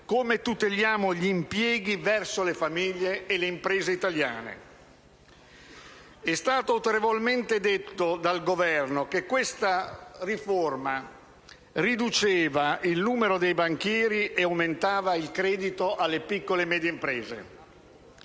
come tuteliamo gli impieghi verso le famiglie e le imprese italiane. È stato autorevolmente detto dal Governo che questa riforma avrebbe ridotto il numero dei banchieri e aumentato il credito alle piccole e medie imprese.